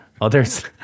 Others